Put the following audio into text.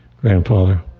grandfather